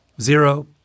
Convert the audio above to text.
Zero